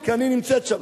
כי אני נמצאת שם.